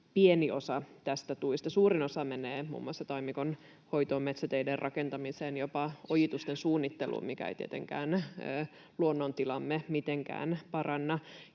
pieni osa näistä tuista. Suurin osa menee muun muassa taimikonhoitoon, metsäteiden rakentamiseen, jopa ojitusten suunnitteluun, mikä ei tietenkään luonnon tilaamme mitenkään paranna.